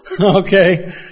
Okay